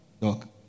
Doc